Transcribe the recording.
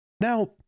Now